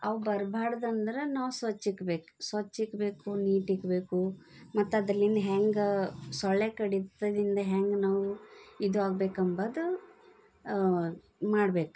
ಅವು ಬರ್ಬಾರ್ದಂದ್ರ ನಾವು ಸ್ವಚ್ಛ ಇಕ್ಬೇಕು ಸ್ವಚ್ಛ ಇಡ್ಬೇಕು ನೀಟ್ ಇಡ್ಬೇಕು ಮತ್ತು ಅದರಿನ್ ಹೆಂಗೆ ಸೊಳ್ಳೆ ಕಡಿತದಿಂದ ಹೆಂಗ್ ನಾವು ಇದು ಆಗ್ಬೇಕು ಅನ್ನದು ಮಾಡ್ಬೇಕು